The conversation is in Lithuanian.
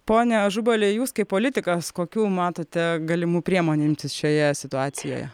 pone ažubali jūs kaip politikas kokių matote galimų priemonių imtis šioje situacijoje